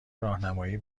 راهنمایی